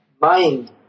mind